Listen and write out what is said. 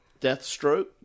Deathstroke